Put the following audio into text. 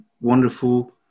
wonderful